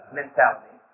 mentality